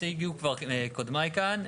הציגו כבר קודמיי כאן,